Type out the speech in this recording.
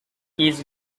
each